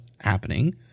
happening